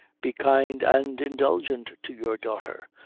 be kind and indulgent to your daughter,